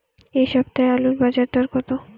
এ সপ্তাহে আলুর বাজার দর কত?